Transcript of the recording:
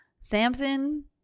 Samson